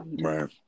right